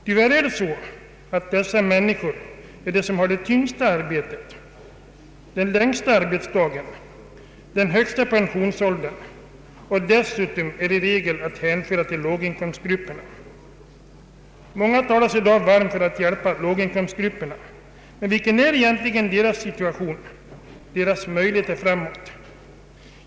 Tyvärr är det så att dessa människor har det tyngsta arbetet, den längsta arbetsdagen, den högsta pensionsåldern och dessutom i regel är att hänföra till låginkomstgrupperna. Många talar sig i dag varma för att hjälpa låginkomstgrupperna, men vilka möjligheter finns det egentligen?